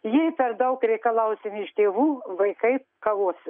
jei per daug reikalausim iš tėvų vaikai kavosis